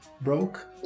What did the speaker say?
broke